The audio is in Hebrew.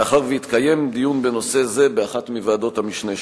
מאחר שהתקיים דיון בנושא זה באחת מוועדות המשנה שלה.